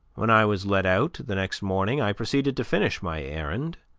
when i was let out the next morning, i proceeded to finish my errand,